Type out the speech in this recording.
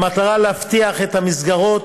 במטרה להבטיח שהמסגרות